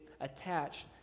attached